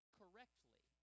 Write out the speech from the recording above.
correctly